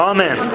Amen